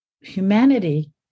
humanity